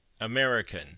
american